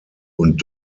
und